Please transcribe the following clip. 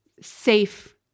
safe